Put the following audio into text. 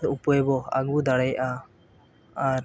ᱩᱯᱟᱹᱭ ᱵᱚᱱ ᱟᱹᱜᱩ ᱫᱟᱲᱮᱭᱟᱜᱼᱟ ᱟᱨ